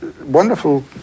wonderful